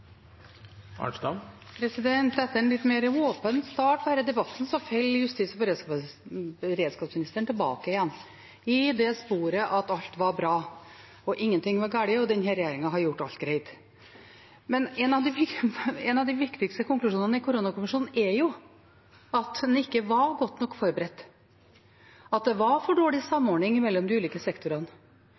nå. Etter en litt mer åpen start på denne debatten faller justis- og beredskapsministeren tilbake igjen i sporet der alt var bra, og ingenting var galt, og denne regjeringen har gjort alt greit. Men en av de viktigste konklusjonene til koronakommisjonen er jo at en ikke var godt nok forberedt, at det var for dårlig samordning mellom de ulike